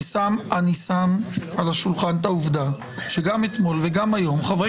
אני רק שם על השולחן את העובדה שגם אתמול וגם היום חברי